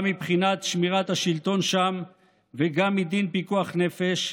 גם מבחינת שמירת השלטון שם וגם מדין פיקוח נפש,